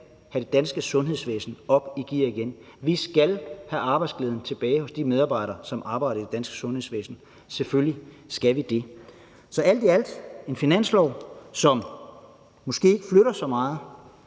have det danske sundhedsvæsen op i gear igen, vi skal have arbejdsglæden tilbage hos de medarbejdere, som arbejder i det danske sundhedsvæsen. Selvfølgelig skal vi det. Så alt i alt er det en finanslov, som måske ikke flytter så meget,